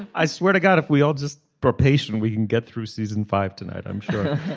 i swear to god if we all just per patient we can get through season five tonight i'm sure